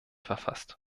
verfasst